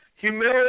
humility